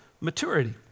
maturity